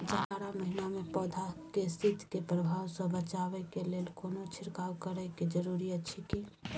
जारा महिना मे पौधा के शीत के प्रभाव सॅ बचाबय के लेल कोनो छिरकाव करय के जरूरी अछि की?